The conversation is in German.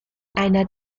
einer